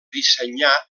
dissenyà